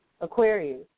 Aquarius